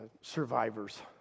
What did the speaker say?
survivors